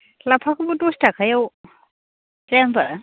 लाफाखौबो दस थाखायाव जाया होमबा